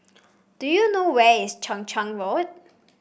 do you know where is Chang Charn Road